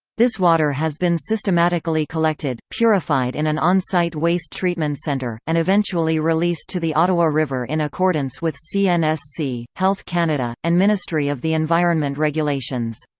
this water has been systematically collected, purified in an on-site waste treatment centre, and eventually released to the ottawa river in accordance with cnsc, health canada, and ministry of the environment regulations.